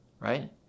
Right